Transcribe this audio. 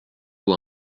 vous